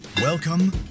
Welcome